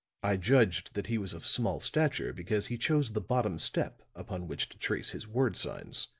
i judged that he was of small stature because he chose the bottom step upon which to trace his word signs.